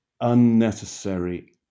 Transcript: unnecessary